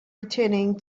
returning